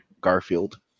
Garfield